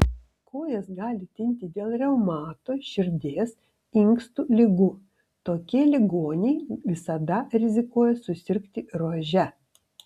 kojos gali tinti dėl reumato širdies inkstų ligų tokie ligoniai visada rizikuoja susirgti rože